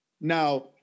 Now